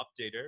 Updater